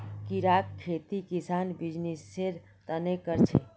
कीड़ार खेती किसान बीजनिस्सेर तने कर छे